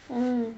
mm